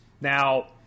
Now